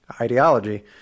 ideology